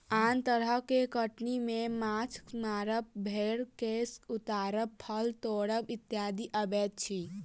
आन तरह के कटनी मे माछ मारब, भेंड़क केश उतारब, फल तोड़ब इत्यादि अबैत अछि